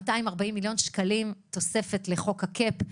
240 מיליון שקלים תוספת לחוק הקאפ,